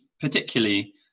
particularly